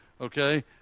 okay